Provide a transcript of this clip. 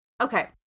Okay